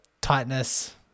tightness